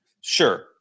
Sure